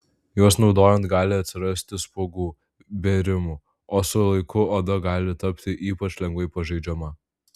juos naudojant gali atsirasti spuogų bėrimų o su laiku oda gali tapti ypač lengvai pažeidžiama